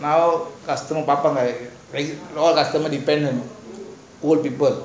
now customer பாப்பாங்க:paapanga all customers depend old people